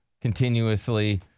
continuously